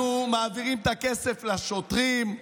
אנחנו מעבירים את הכסף לשוטרים,